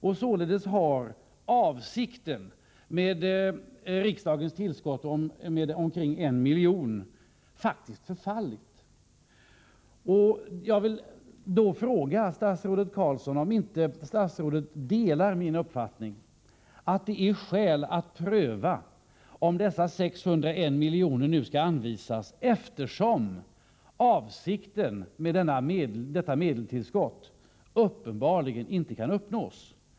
Således har motivet för riksdagens tillskott med omkring 601 milj.kr. faktiskt förfallit. Jag vill då fråga statsrådet Carlsson om inte statsrådet delar min uppfattning att det är skäl att pröva om dessa 601 miljoner nu skall anvisas, eftersom avsikten med detta medelstillskott uppenbarligen inte kan uppnås.